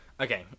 Okay